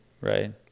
right